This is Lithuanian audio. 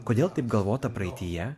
kodėl taip galvota praeityje